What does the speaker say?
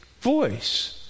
voice